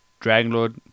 Dragonlord